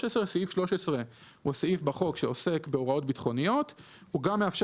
- שהוא הסעיף בחוק שעוסק בהוראות ביטחוניות - שיאפשר